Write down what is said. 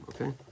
okay